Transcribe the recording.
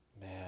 Man